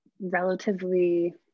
relatively